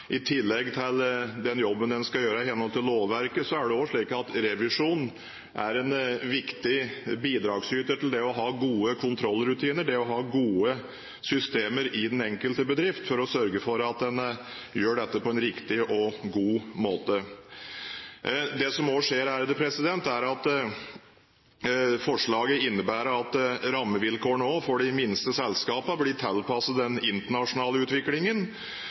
I tillegg til den jobben en skal gjøre i henhold til lovverket, er det også slik at revisjon er en viktig bidragsyter til det å ha gode kontrollrutiner, det å ha gode systemer i den enkelte bedrift for å sørge for at en gjør dette på en riktig og god måte. Det som også skjer, er at forslaget innebærer at rammevilkårene også for de minste selskapene blir tilpasset den internasjonale utviklingen.